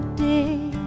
day